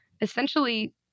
essentially